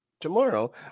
tomorrow